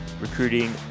recruiting